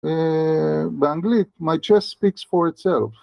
אה.... באנגלית, my chest speaks for itself